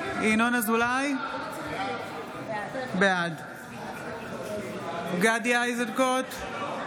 אזולאי, בעד גדי איזנקוט,